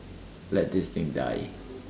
let this thing die